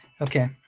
Okay